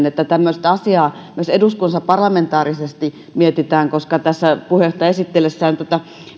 että tämmöistä asiaa myös eduskunnassa parlamentaarisesti mietitään kun tässä puheenjohtaja esitteli tätä